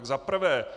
Za prvé.